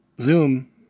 Zoom